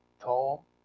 tall